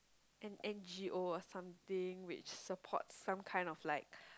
an N_G_O or something which supports some kind of like